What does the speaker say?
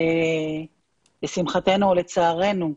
לשמחתנו או לצערנו,